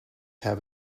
have